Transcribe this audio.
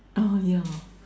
ah yeah